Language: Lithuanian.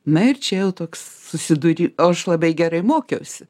na ir čia jau toks susiduri o aš labai gerai mokiausi